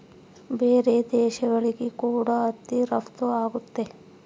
ಬೇರೆ ದೇಶಗಳಿಗೆ ಕೂಡ ಹತ್ತಿ ರಫ್ತು ಆಗುತ್ತೆ